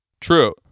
True